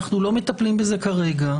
אנחנו לא מטפלים בזה כרגע,